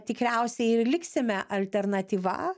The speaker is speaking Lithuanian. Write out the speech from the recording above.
tikriausiai ir liksime alternatyva